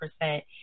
percent